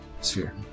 sphere